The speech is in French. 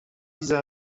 visent